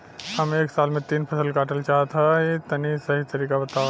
हम एक साल में तीन फसल काटल चाहत हइं तनि सही तरीका बतावा?